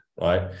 right